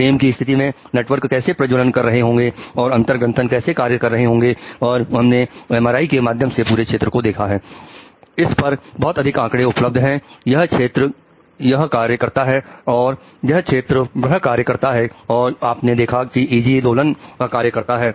प्रेम की स्थिति में नेटवर्क कैसे प्रज्वलन कर रहे होंगे और अंतर ग्रंथन कैसे कार्य करें होंगे और हमने एमआरआई दोलन का कार्य करता है